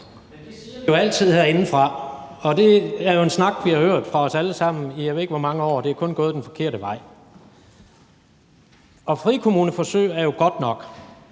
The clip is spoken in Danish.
det siger vi jo altid herindefra. Det er jo en snak, vi har hørt fra os alle sammen i, jeg ved ikke hvor mange år, og det er kun gået den forkerte vej. Frikommuneforsøg er jo godt nok,